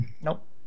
Nope